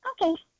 Okay